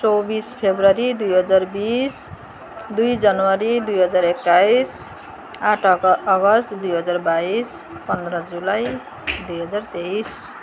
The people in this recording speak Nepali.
चौबिस फब्रुअरी दुई हजार बिस दुई जनवरी दुई हजार एक्काइस आठ अग अगस्ट दुई हजार बाइस पन्ध्र जुलाई दुई हजार तेइस